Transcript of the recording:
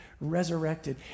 resurrected